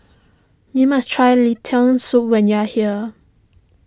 you must try Lentil Soup when you are here